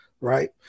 Right